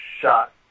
shot